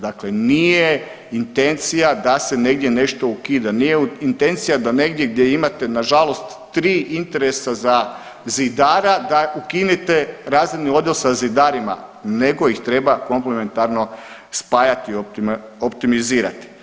Dakle, nije intencija da se negdje nešto ukida, nije intencija da negdje gdje imate nažalost 3 interesa za zidara da ukinute razredni odjel sa zidarima nego ih treba komplementarno spajati i optimizirati.